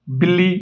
ਬਿੱਲੀ